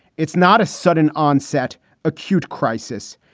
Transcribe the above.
it's not a sudden onset acute crisis.